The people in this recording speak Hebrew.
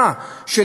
ביטוח בריאות,